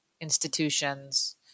institutions